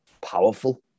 powerful